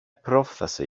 πρόφθασε